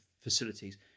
facilities